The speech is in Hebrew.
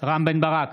רם בן ברק,